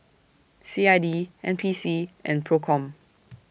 C I D N P C and PROCOM